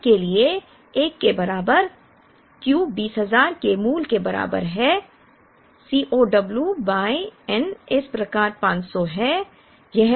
n के लिए 1 के बराबर Q 20000 के मूल के बराबर है C o w by n इस प्रकार 500 है